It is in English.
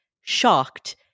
shocked